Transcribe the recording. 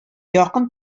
якын